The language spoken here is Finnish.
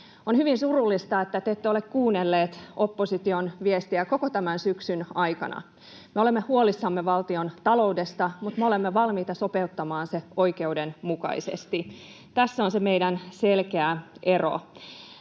On hyvin surullista, että te ette ole kuunnelleet opposition viestiä koko tämän syksyn aikana. Me olemme huolissamme valtion taloudesta, mutta me olemme valmiita sopeuttamaan se oikeudenmukaisesti. Tässä on se meidän selkeä ero.